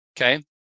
Okay